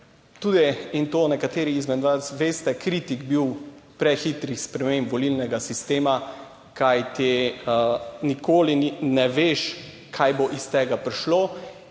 tudi, in to nekateri izmed vas veste, kritik bil prehitrih sprememb volilnega sistema. Kajti nikoli ne veš, kaj bo iz tega prišlo